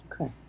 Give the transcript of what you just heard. Okay